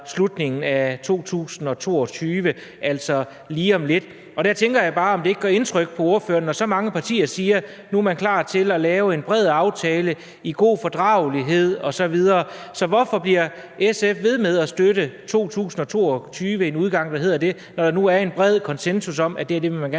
slutningen af 2022, altså lige om lidt. Der tænker jeg bare, om ikke det gør indtryk på ordføreren, når så mange partier siger, at nu er man klar til at lave en bred aftale i god fordragelighed osv. Så hvorfor bliver SF ved med at støtte en udgang, der hedder 2022, når der nu er en bred konsensus om, at man gerne